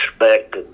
respect